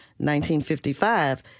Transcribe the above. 1955